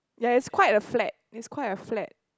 ya it's quite a flat it's quite a flat